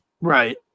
Right